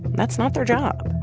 that's not their job.